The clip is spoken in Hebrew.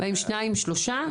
הם באים שניים, שלושה?